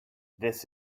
this